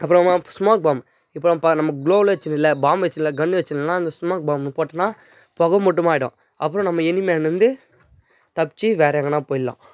அப்புறமா smoke bomb இப்போ நம் நம்ம க்ளோவ் வாலு வைச்சதுல இல்லை பாம் வெச்சுர்ல கன்னு வெச்சிடலன்னா அந்த ஸ்மோக் பாம் போட்டன்னால் புகை மூட்டமாக ஆகிடும் அப்புறம் நம்ம எனிமீயை அங்கேயிருந்து தப்பித்து வேறு எங்கேன்னா போயிடலாம்